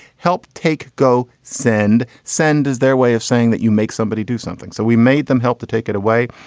help. take. go. send. send is their way of saying that you make somebody do something. so we made them help to take it away.